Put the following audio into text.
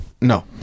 No